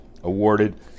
awarded